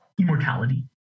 immortality